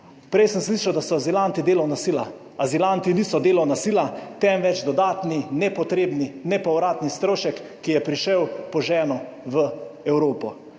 Prej sem slišal, da so azilanti delovna sila. Azilanti niso delovna sila, temveč dodatni, nepotrebni, nepovratni strošek, ki je prišel po ženo v Evropo.